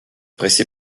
pressé